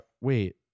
Wait